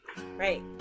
right